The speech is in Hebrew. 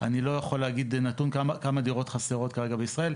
אני לא יכול להגיד נתון כמה דירות חסרות כרגע בישראל.